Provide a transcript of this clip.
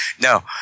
no